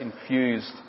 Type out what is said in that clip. infused